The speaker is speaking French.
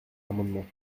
amendements